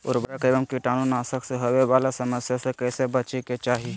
उर्वरक एवं कीटाणु नाशक से होवे वाला समस्या से कैसै बची के चाहि?